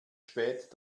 spät